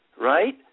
right